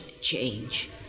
change